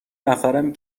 نفرم